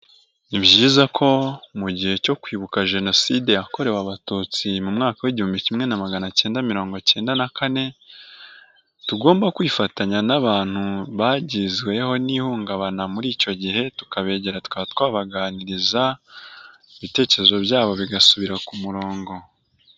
Ni byiza ko mu gihe cyo kwibuka jenoside yakorewe abatutsi mu mwaka w'igihumbi kimwe na maganacyenda mirongo cyenda na kane, tugomba kwifatanya n'abantu bagizweho n'ihungabana muri icyo gihe tukabegera tukaba twabaganiriza, ibitekerezo byabo bigasubira ku murongo.